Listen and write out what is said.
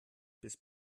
bis